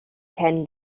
ten